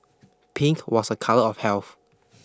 pink was a colour of health